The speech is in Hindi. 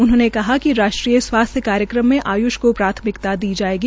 उन्होंने कहा कि राष्ट्रीय स्वास्थ्य कार्यक्रम में आय्ष को प्राथमिकता दी जायेगी